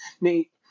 Nate